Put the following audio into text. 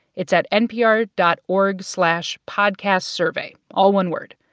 it's at npr dot org slash podcastsurvey all one word.